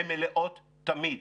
הן מלאות תמיד,